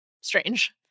Strange